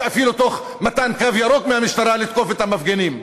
ואפילו תוך מתן אור ירוק מהמשטרה לתקוף את המפגינים.